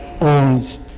owns